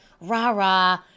rah-rah